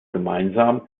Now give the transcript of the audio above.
gemeinsam